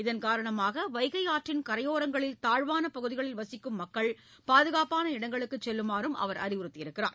இதன் காரணமாக வைகை ஆற்றின் கரையோரங்களில் தாழ்வான பகுதிகளில் வசிக்கும் மக்கள் பாதுகாப்பான இடங்களுக்கு செல்லுமாறு அவர் அறிவுறுத்தியுள்ளார்